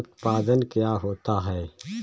उत्पाद क्या होता है?